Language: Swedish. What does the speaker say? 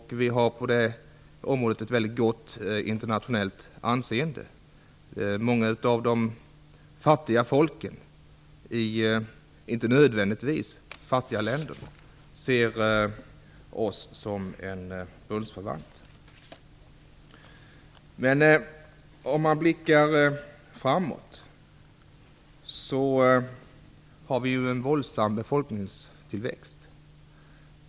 Vi har ett väldigt gott internationellt anseende på detta område. Många av de fattiga folken i länder som inte nödvändigtvis är fattiga ser i oss en bundsförvant. Det pågår ju, för att blicka framåt, en våldsam befolkningstillväxt.